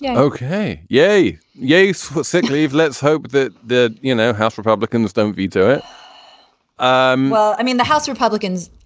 yeah ok. yay! yes. but sick leave. let's hope that the you know, house republicans don't veto it um well, i mean, the house republicans,